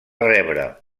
rebre